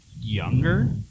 younger